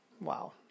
Wow